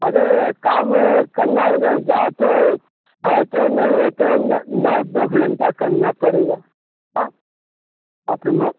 अरे काम करना लग जाओ तो है तो नहीं है तो नौ नौ दस घंटा करना पड़ेगा क्या आठ नौ